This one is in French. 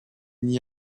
n’y